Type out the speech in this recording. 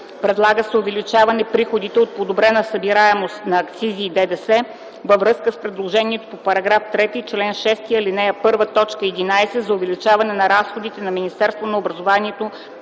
Предлага се увеличаване приходите от подобрена събираемост на акцизи и ДДС във връзка с предложението по § 3, чл. 6, ал. 1, т. 11 за увеличаване на разходите на Министерството на образованието,